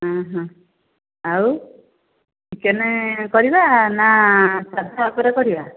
ହଁ ହଁ ଆଉ ଚିକେନ କରିବା ନା ସାଧା ଉପରେ କରିବା